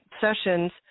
sessions